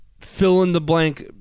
fill-in-the-blank